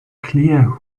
clear